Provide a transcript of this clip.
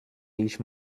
ich